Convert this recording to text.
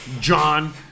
John